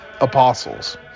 Apostles